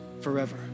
forever